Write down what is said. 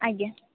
ଆଜ୍ଞା